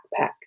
backpack